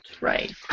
Right